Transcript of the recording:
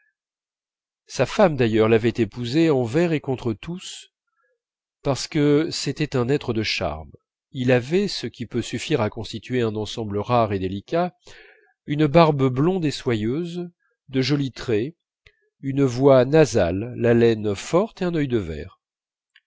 sa femme d'ailleurs l'avait épousé envers et contre tous parce que c'était un être de charme il avait ce qui peut suffire à constituer un ensemble rare et délicat une barbe blonde et soyeuse de jolis traits une voix nasale l'haleine forte et un œil de verre